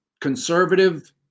conservative